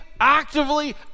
actively